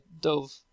dove